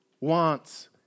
wants